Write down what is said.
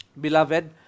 beloved